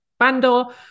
bundle